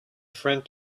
friend